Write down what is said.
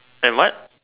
and what